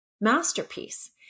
masterpiece